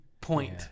point